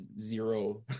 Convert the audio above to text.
zero